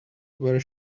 where